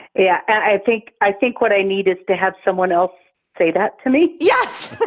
yeah, and i think i think what i need is to have someone else say that to me. yes. but